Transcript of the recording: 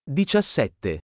diciassette